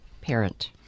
parent